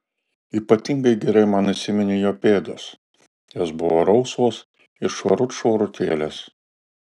ypatingai gerai man įsiminė jo pėdos jos buvo rausvos ir švarut švarutėlės